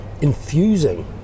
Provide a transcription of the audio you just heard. infusing